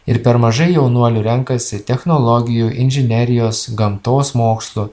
ir per mažai jaunuolių renkasi technologijų inžinerijos gamtos mokslų